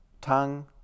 tongue